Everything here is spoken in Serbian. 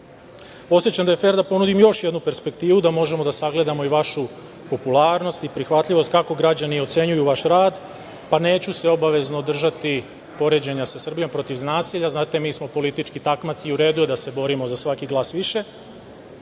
redu. Osećam da je fer da ponudim još jednu perspektivu da možemo da sagledamo i vašu popularnost i prihvatljivost kako građani ocenjuju vaš rad, pa se neću obavezno držati poređenja sa Srbijom protiv nasilja. Znate mi smo politički takmaci i u redu je da se borimo za svaki glas više,